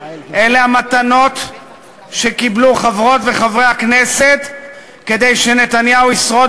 אלה המתנות שקיבלו חברות וחברי הכנסת כדי שנתניהו ישרוד